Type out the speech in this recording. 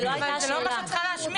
זה לא אומר שאת צריכה להשמיד.